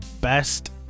best